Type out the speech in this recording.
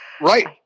Right